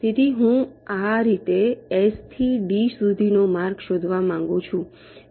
તેથી હું આ રીતે S થી D સુધીનો માર્ગ શોધવા માંગુ છું